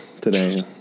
today